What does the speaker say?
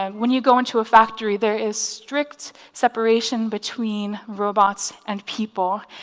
um when you go into a factory there is strict separation between robots and people,